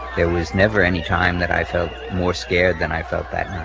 there was never any time that i felt more scared than i felt that